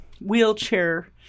wheelchair